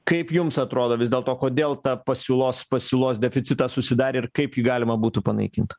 kaip jums atrodo vis dėlto kodėl ta pasiūlos pasiūlos deficitas susidarė ir kaip jį galima būtų panaikint